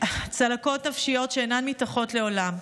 צלקות נפשיות שאינן מתאחות לעולם.